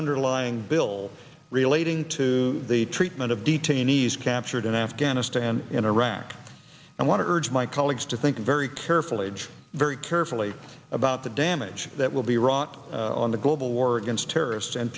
underlying bill relating to the treatment of detainees captured in afghanistan and iraq i want to urge my colleagues to think very carefully very carefully about the damage that will be wrought on the global war against terrorists and